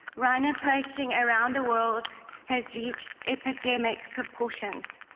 rhino poaching around the world has reached epidemic proportions,